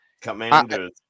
Commanders